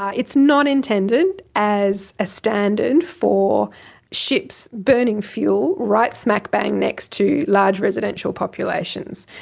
it's not intended as a standard for ships burning fuel right smack-bang next to large residential populations.